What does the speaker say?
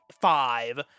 five